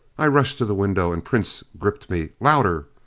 i rushed to the window and prince gripped me. louder!